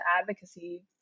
advocacy